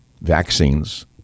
vaccines